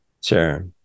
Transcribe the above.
Sure